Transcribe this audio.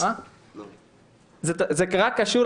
והתפקיד של